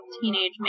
teenage